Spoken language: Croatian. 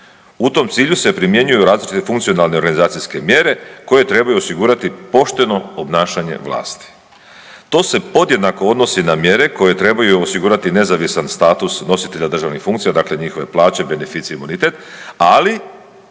U tom cilju se primjenjuje različite funkcionalne organizacijske mjere, koje trebaju osigurati pošteno obnašanje vlasti. To se podjednako odnosi na mjere koje trebaju osigurati nezavisan status nositelja državnih funkcija, dakle njihove plaće, beneficije, bonitet, ali